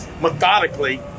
methodically